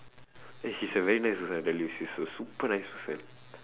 eh she's a very nice person really she's a super nice person